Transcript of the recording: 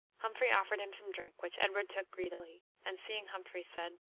humphrey offered him some drink, which edward took greedily and seeing humphrey, said